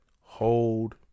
hold